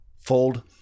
Fold